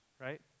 right